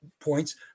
points